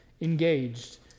engaged